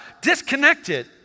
disconnected